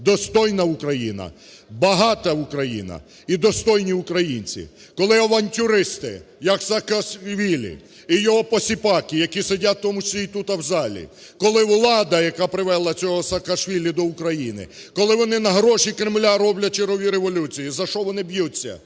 достойна Україна, багата Україна і достойні українці. Коли авантюристи як Саакашвілі і його посіпаки, які сидять в тому числі і тут в залі, коли влада, яка привела цього Саакашвілі до України, коли вони на гроші Кремля роблять чергові революції, за що вони б'ються?